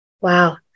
Wow